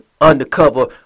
undercover